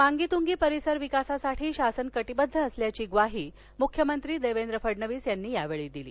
मांगीतूंगी परिसर विकासासाठी शासन कटिबद्ध असल्याची ग्वाही मुख्यमंत्री देवेंद्र फडणवीस यांनी यावेळी दिली